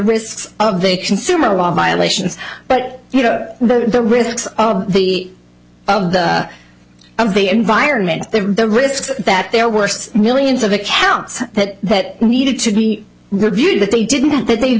risks of the consumer law violations but you know the risks of the of the of the environment the risk that their worst millions of accounts that that needed to be reviewed that they didn't that they